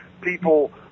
people